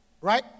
Right